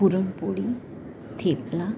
પૂરણપોળી thepla